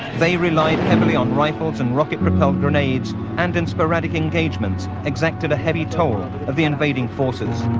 they relied heavily on rifles and rocket-propelled grenades and, in sporadic engagements, exacted a heavy toll of the invading forces